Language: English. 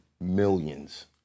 millions